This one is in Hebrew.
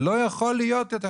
זה לא יכול להיות יותר.